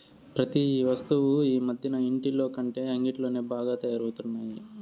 ప్రతి వస్తువు ఈ మధ్యన ఇంటిలోకంటే అంగిట్లోనే బాగా తయారవుతున్నాయి